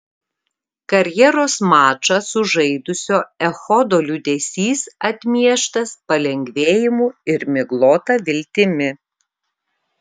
karjeros mačą sužaidusio echodo liūdesys atmieštas palengvėjimu ir miglota viltimi